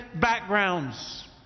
backgrounds